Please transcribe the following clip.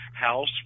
House